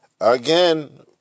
again